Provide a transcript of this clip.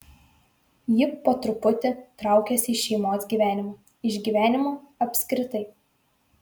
ji po truputį traukėsi iš šeimos gyvenimo iš gyvenimo apskritai